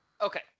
Okay